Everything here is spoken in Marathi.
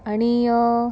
आणि